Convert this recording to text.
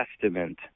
Testament